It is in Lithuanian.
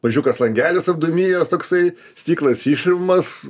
mažiukas langelis apdūmijęs toksai stiklas išimamas